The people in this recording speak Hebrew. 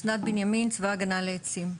שמי אסנת בנימין, צבא הגנה לעצים.